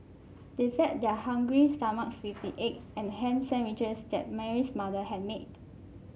they fed their hungry stomachs with the egg and ham sandwiches that Mary's mother had made